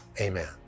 amen